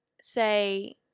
say